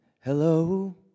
Hello